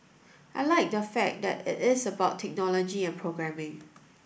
I like the fact that it is about technology and programming